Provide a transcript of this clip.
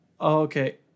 Okay